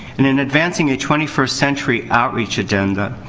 and, in advancing a twenty first century outreach agenda,